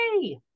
hey